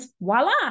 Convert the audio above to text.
voila